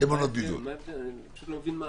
מה ההבחנה?